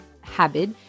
habit